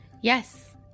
Yes